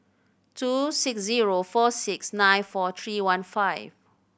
two six zero four six nine four three one five